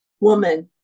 woman